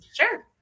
Sure